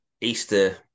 Easter